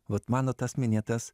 vat mano tas minėtas